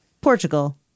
Portugal